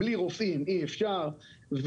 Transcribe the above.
בלי רופאים אי-אפשר,